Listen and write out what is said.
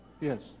Yes